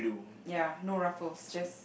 ya no ruffles just